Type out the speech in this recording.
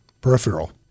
Peripheral